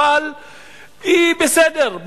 אבל היא בסדר,